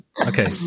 Okay